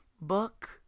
book